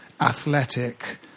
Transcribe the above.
athletic